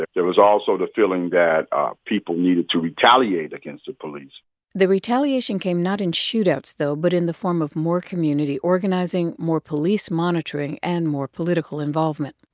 there was also the feeling that ah people needed to retaliate against the police the retaliation came not in shootouts, though, but in the form of more community organizing, more police monitoring and more political involvement.